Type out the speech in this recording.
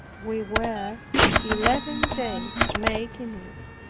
we were eleven days making it.